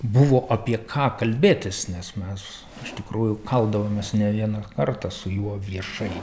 buvo apie ką kalbėtis nes mes iš tikrųjų kaldavomės ne vieną kartą su juo viešai